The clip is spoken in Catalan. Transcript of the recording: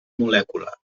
molècula